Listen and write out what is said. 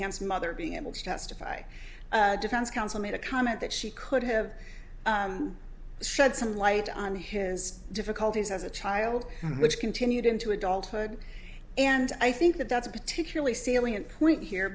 ham's mother being able to testify defense counsel made a comment that she could have shed some light on his difficulties as a child which continued into adulthood and i think that that's a particularly salient point here